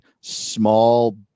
small